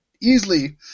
easily